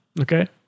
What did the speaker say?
Okay